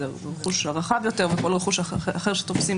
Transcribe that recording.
זה רכוש רחב יותר וכל רכוש אחר שתופסים,